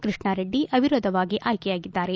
ಕೃಷ್ಣಾರೆಡ್ಡಿ ಅವಿರೋಧವಾಗಿ ಅಯ್ಕೆಯಾಗಿದ್ದಾರೆ